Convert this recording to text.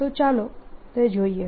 તો ચાલો તે જોઈએ